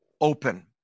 open